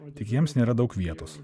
tik jiems nėra daug vietos